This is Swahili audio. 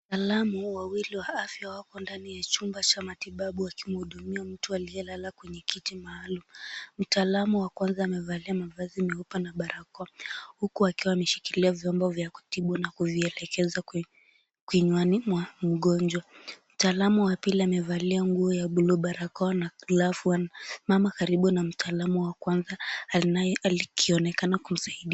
Wataalamu wawili wa afya wako ndani ya chumba cha matibabu wakimhudumia mtu aliyelala kwenye kiti maalum. Mtaalamu wa kwanza amevalia mavazi meupe na barakoa. Huku akiwa ameshikilia vyombo vya kutibu na kuvielekeza kwenye kinywani mwa mgonjwa. Mtaalamu wa pili amevalia nguo ya buluu, barakoa na glavu na amesimama karibu na mtaalamu wa kwanza akionekana kumsaidia.